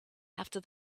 after